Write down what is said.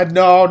no